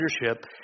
leadership